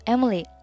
Emily